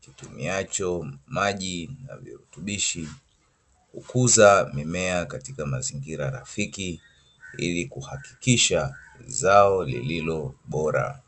kitumiacho maji na virutubishi kukuza mimea katika mazingira rafiki, ili kuhakikisha zao lililo bora.